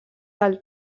del